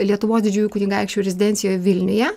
lietuvos didžiųjų kunigaikščių rezidencijoj vilniuje